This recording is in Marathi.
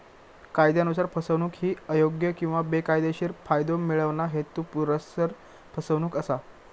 कायदयानुसार, फसवणूक ही अयोग्य किंवा बेकायदेशीर फायदो मिळवणा, हेतुपुरस्सर फसवणूक असा